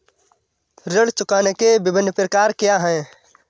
ऋण चुकाने के विभिन्न प्रकार क्या हैं?